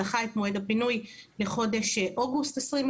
דחה את מועד הפינוי לחודש אוגוסט 2020